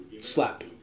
slap